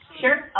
Sure